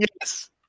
Yes